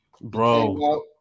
Bro